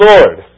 Lord